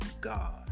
God